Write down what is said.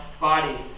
bodies